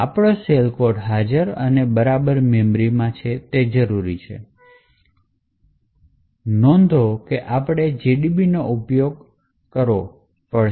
આપણો shell code હાજર અને બરાબર મેમરીમાં છે તે જરૂરી છે નોટિસ આપવા માટે આપણે GDB નો ઉપયોગ કરવો પડશે